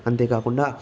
అంతేకాకుండా